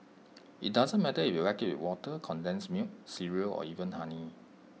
IT doesn't matter if you like IT with water condensed milk cereal or even honey